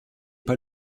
pas